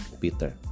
Peter